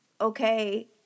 okay